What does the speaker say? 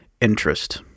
interest